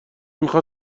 میخاد